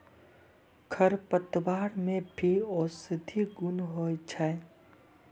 खरपतवार मे भी औषद्धि गुण होय छै